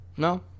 No